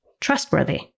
trustworthy